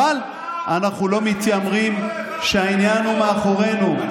אבל אנחנו לא מתיימרים שהעניין הוא מאחורינו.